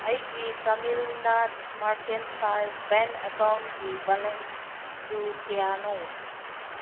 ꯑꯩꯒꯤ Tamilnad mercantile bank ꯑꯦꯀꯥꯎꯟꯒꯤ ꯕꯦꯂꯦꯟꯁꯗꯨ ꯀꯌꯥꯅꯣ